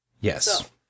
Yes